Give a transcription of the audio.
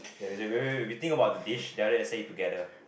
wait wait wait we think about the dish then after that say it together